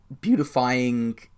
beautifying